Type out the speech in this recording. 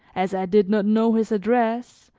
as i did not know his address,